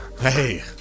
Hey